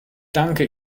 danke